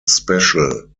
special